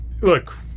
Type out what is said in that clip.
look